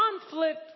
conflict